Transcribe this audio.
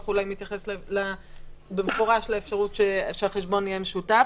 אולי מתייחס במפורש לאפשרות שהחשבון יהיה משותף.